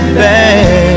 bad